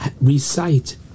recite